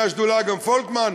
מהשדולה, גם פולקמן,